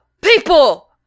people